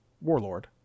Warlord